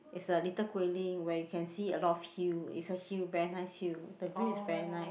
it's a little Guilin where you can see a lot of hill it's a hill very nice hill the view is very nice